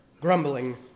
grumbling